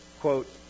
quote